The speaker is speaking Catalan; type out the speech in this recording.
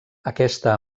aquesta